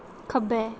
खब्बै